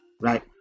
right